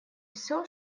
все